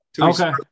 Okay